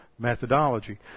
Methodology